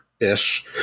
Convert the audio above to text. ish